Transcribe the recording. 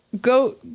Go